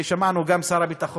ושמענו גם את שר הביטחון,